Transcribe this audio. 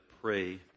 pray